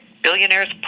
billionaires